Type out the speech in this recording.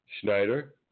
Schneider